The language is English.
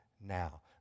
now